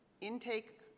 intake